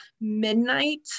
midnight